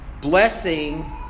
blessing